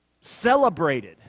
celebrated